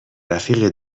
رفیق